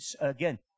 again